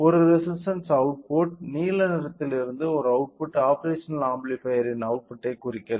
ஒரு resistance output நீல நிறத்தில் இருந்து ஒரு அவுட்புட் ஆப்பேரஷனல் ஆம்பிளிபையர் அவுட்புட்டைக் குறிக்கிறது